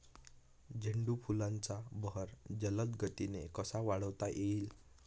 झेंडू फुलांचा बहर जलद गतीने कसा वाढवता येईल?